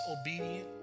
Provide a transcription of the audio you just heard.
obedient